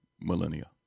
millennia